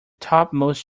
topmost